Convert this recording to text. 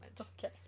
Okay